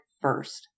first